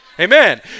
Amen